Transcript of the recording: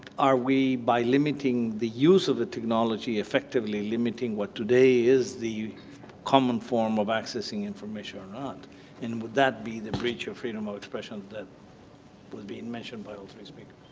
are we, by limiting the use of the technology, effectively limiting what today is the common form of accessing information or not? and would that be the breach of freedom of expression that was being mentioned by all three speakers?